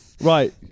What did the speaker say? Right